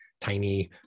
tiny